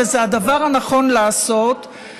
וזה הדבר הנכון לעשות,